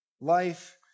life